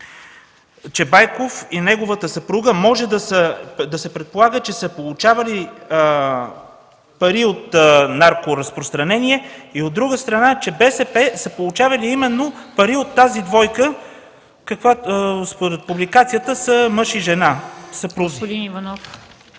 че Байков и неговата съпруга може да се предполага, че са получавали пари от наркоразпространение? И от друга страна, че БСП са получавали пари именно от тази двойка, които, според публикацията са мъж и жена – съпрузи?